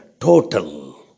total